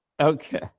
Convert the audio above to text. Okay